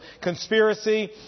conspiracy